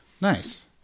Nice